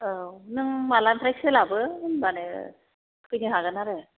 औ नों मालानिफ्राइ सोलाबो होनब्लानो फैनो हागोन आरो